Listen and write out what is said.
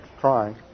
trying